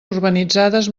urbanitzades